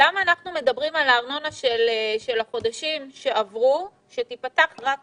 למה אנחנו מדברים על הארנונה של החודשים שעברו שתיפתח רק מחר?